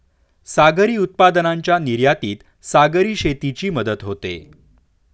सागरी उत्पादनांच्या निर्यातीत सागरी शेतीची मदत होते